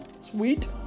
sweet